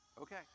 Okay